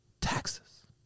taxes